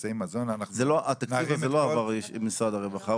לכרטיסי מזון --- התקציב הזה לא עבר דרך משרד הרווחה,